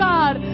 God